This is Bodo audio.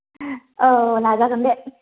औ नाजागोन दे